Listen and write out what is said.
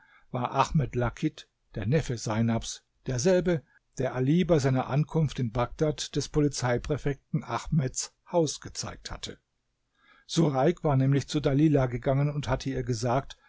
war ahmed lakit der neffe seinabs derselbe der ali bei seiner ankunft in bagdad des polizeipräfekten ahmeds haus gezeigt hatte sureik war nämlich zu dalilah gegangen und hatte ihr gesagt